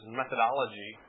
methodology